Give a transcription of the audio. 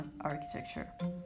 architecture